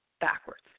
backwards